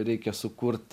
reikia sukurt